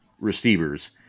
receivers